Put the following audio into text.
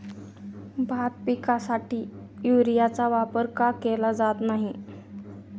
भात पिकासाठी युरियाचा वापर का केला जात नाही?